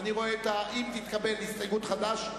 אם תתקבל הסתייגות חד"ש,